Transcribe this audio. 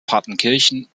partenkirchen